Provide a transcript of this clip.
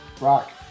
Rock